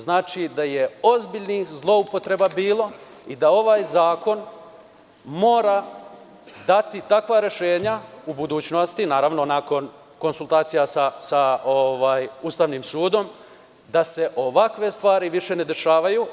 Znači da je bilo ozbiljnih zloupotreba i da ovaj zakon mora dati takva rešenja o budućnosti, naravno nakon konsultacija sa Ustavnim sudom, da se ovakve stvari više ne dešavaju.